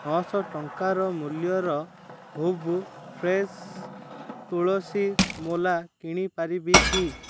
ମୁଁ ନଅଶହ ଟଙ୍କା ମୂଲ୍ୟର ହୂଭୁ ଫ୍ରେଶ୍ ତୁଳସୀ ମୋଲା କିଣି ପାରିବି କି